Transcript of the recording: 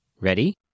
Ready